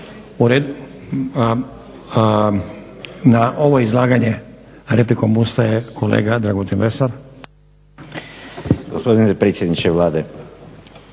Na ovo izlaganje replikom ustaje kolega Dragutin Lesar.